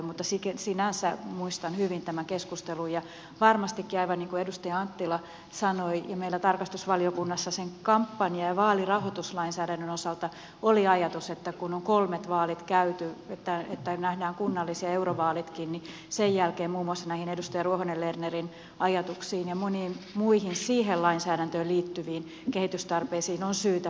mutta sinänsä muistan hyvin tämän keskustelun ja varmastikin aivan niin kuin edustaja anttila sanoi ja niin kuin meillä tarkastusvaliokunnassa sen kampanja ja vaalirahoituslainsäädännön osalta oli ajatus että kun on kolmet vaalit käyty että nähdään kunnallis ja eurovaalitkin sen jälkeen muun muassa näihin edustaja ruohonen lernerin ajatuksiin ja moniin muihin siihen lainsäädäntöön liittyviin kehitystarpeisiin on syytä palata